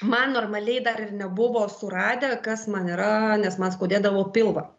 man normaliai dar ir nebuvo suradę kas man yra nes man skaudėdavo pilvą